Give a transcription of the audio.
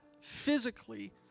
physically